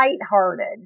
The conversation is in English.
lighthearted